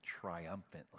triumphantly